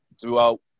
throughout